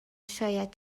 شاید